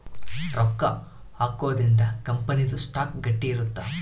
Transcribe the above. ರೊಕ್ಕ ಹಾಕೊದ್ರೀಂದ ಕಂಪನಿ ದು ಸ್ಟಾಕ್ ಗಟ್ಟಿ ಇರುತ್ತ